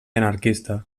anarquista